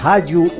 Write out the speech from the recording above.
Rádio